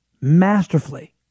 masterfully